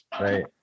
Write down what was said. Right